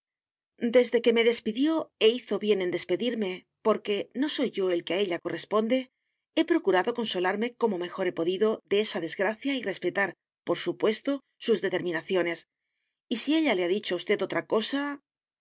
desde que me despidió e hizo bien en despedirme porque no soy yo el que a ella corresponde he procurado consolarme como mejor he podido de esa desgracia y respetar por supuesto sus determinaciones y si ella le ha dicho a usted otra cosa